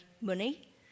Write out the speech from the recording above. money